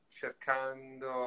cercando